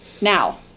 Now